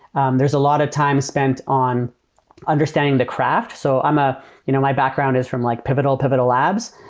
and there's a lot of time spent on understanding the craft. so um ah you know my background is from like pivotal, pivotal labs.